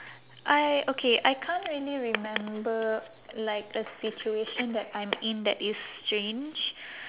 I okay I can't really remember like a situation that I'm in that is strange